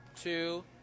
two